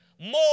More